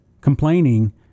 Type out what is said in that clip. Complaining